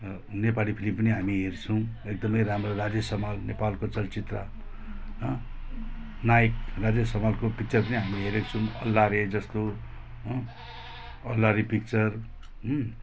Nepali film पनि हामी हेर्छौँ एकदमै राम्रो राजेश हमाल नेपालको चलचित्र हँ नायक राजेश हमालको पिक्चर पनि हामीले हेरेको छौँ अल्लारे जस्तो हँ अल्लारे पिक्चर